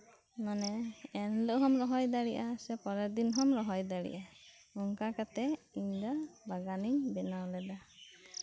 ᱢᱟᱱᱮ ᱮᱱᱦᱤᱞᱳᱜ ᱦᱚᱢ ᱨᱚᱦᱚᱭ ᱫᱟᱲᱮᱭᱟᱜᱼᱟ ᱥᱮ ᱯᱚᱨᱮᱨ ᱫᱤᱱ ᱦᱚᱢ ᱨᱚᱦᱚᱭ ᱫᱟᱲᱮᱭᱟᱜᱼᱟ ᱚᱱᱠᱟ ᱠᱟᱛᱮᱜ ᱤᱧ ᱫᱚ ᱵᱟᱜᱟᱱ ᱤᱧ ᱵᱮᱱᱟᱣ ᱞᱮᱫᱟ